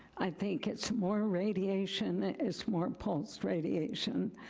i think it's more radiation, it's more pulse radiation,